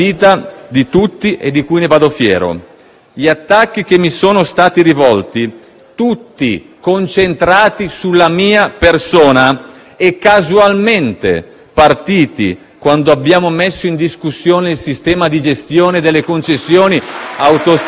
Gli attacchi che mi sono stati rivolti, tutti concentrati sulla mia persona, e casualmente partiti quando abbiamo messo in discussione il sistema di gestione delle concessioni autostradali...